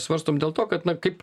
svarstom dėl to kad na kaip